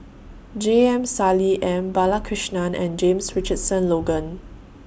J M Sali M Balakrishnan and James Richardson Logan